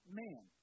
man